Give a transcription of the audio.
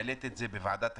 והעליתי את זה בוועדת הכלכלה,